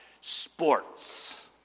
sports